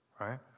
right